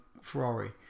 Ferrari